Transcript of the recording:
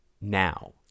now